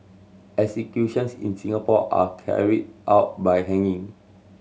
executions in Singapore are carried out by hanging